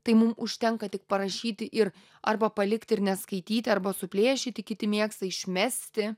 tai mum užtenka tik parašyti ir arba palikti ir neskaityti arba suplėšyti kiti mėgsta išmesti